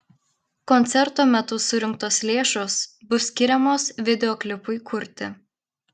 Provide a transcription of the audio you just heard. koncerto metu surinktos lėšos bus skiriamos videoklipui kurti